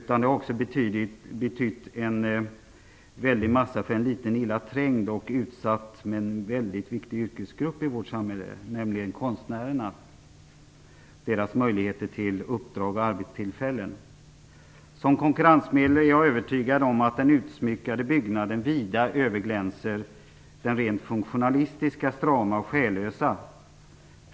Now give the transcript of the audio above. Den har också betytt mycket för en liten illa trängd och utsatt men väldigt viktig yrkesgrupp i vårt samhälle, nämligen konstnärerna och deras möjligheter till uppdrag och arbetstillfällen. Jag är övertygad om att den utsmyckade byggnaden som konkurrensmedel vida överglänser den rent funktionalistiska strama och själlösa byggnaden.